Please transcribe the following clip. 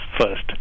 first